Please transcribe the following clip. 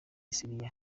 siriya